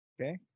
Okay